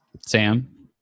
Sam